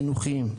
חינוכיים.